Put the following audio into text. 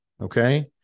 Okay